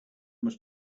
must